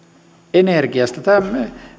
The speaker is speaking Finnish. energiasta